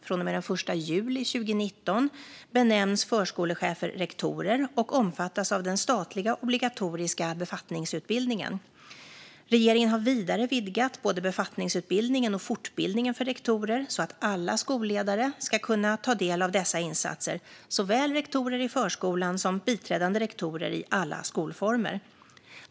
Från och med den 1 juli 2019 benämns förskolechefer rektorer och omfattas av den statliga obligatoriska befattningsutbildningen. Regeringen har vidare vidgat både befattningsutbildningen och fortbildningen för rektorer så att alla skolledare ska kunna ta del av dessa insatser, såväl rektorer i förskolor som biträdande rektorer i alla skolformer.